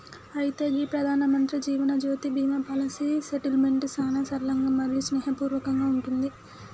అయితే గీ Pradhanmantri Jeevanjyoti Bima policy settlement సానా సరళంగా మరియు స్నేహపూర్వకంగా ఉంటుంది